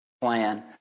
plan